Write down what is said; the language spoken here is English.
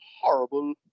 horrible